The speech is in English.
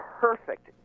perfect